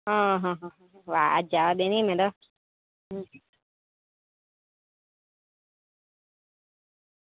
અહહહ વાત જાવા દે ને મેં તો હમ